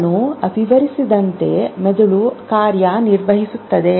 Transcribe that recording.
ನಾನು ವಿವರಿಸಿದಂತೆ ಮೆದುಳು ಕಾರ್ಯನಿರ್ವಹಿಸುತ್ತದೆ